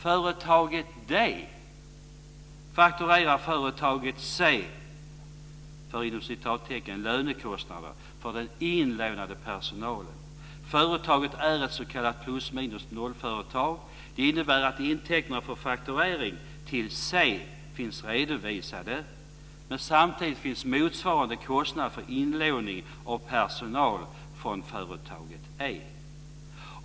Företaget D fakturerar företaget C för "lönekostnader" för den "inlånade" personalen. Företaget är ett s.k. plus-minus-noll-företag. Det innebär att intäkterna för fakturering till C finns redovisade, men samtidigt finns motsvarande kostnad för inlåning av personal från företaget E.